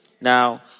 Now